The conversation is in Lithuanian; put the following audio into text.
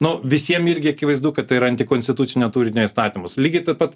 nu visiem irgi akivaizdu kad tai yra antikonstitucinio turinio įstatymas lygiai taip pat